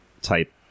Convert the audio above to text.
type